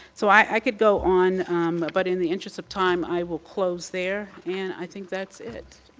so i could go on but in the interest of time i will close there and i think that's it.